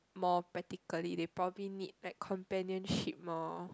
more practically they probably need like companionship more